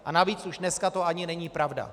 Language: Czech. A navíc už dneska to ani není pravda.